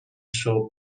صبح